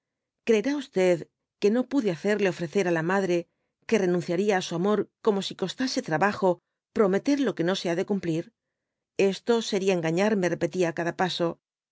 creerá td que no pude hacerle ofrecer á la madre que renunciaría á su amor como si costase trabajo prometer lo que no se ha de cumplir esto seria engañar me repetía á cada paso